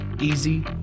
easy